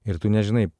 ir tu nežinai